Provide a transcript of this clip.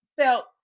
felt